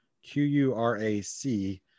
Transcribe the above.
q-u-r-a-c